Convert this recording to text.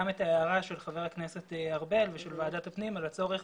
את הערתו של חבר הכנסת ארבל ושל ועדת הפנים על הצורך